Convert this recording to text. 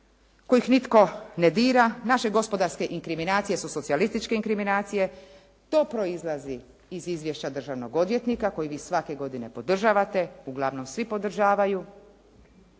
kojih nitko ne dira. Naše gospodarske inkriminacije su socijalističke inkriminacije. To proizlazi iz izvješća državnog odvjetnika koje vi svake godine podržavate, uglavnom svi podržavaju